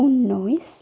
ঊনৈছ